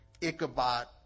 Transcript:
Ichabod